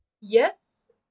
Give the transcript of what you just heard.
Yes